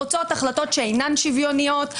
רוצות החלטות שאינן שוויוניות,